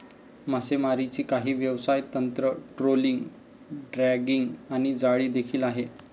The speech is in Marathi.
मासेमारीची काही व्यवसाय तंत्र, ट्रोलिंग, ड्रॅगिंग आणि जाळी देखील आहे